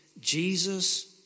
Jesus